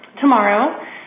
tomorrow